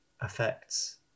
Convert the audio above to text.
affects